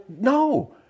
No